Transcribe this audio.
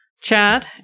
Chad